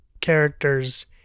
characters